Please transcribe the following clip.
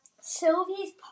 Sylvie's